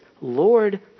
Lord